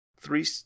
three